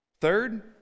third